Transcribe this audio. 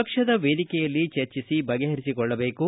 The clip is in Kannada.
ಪಕ್ಷದ ವೇದಿಕೆಯಲ್ಲಿ ಚರ್ಚಿಸಿ ಬಗೆಹರಿಸಿಕೊಳ್ಳಬೇಕು